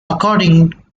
according